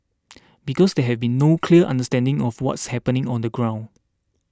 because there has been no clear understanding of what's happening on the ground